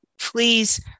please